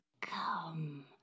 Come